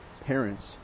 parents